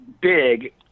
big